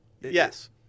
Yes